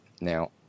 Now